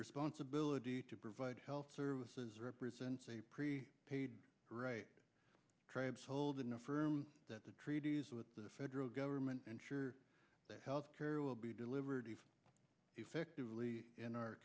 responsibility to provide health services represents a pre paid tribes hold in a firm that the treaties with the federal government ensure that health care will be delivered effectively in our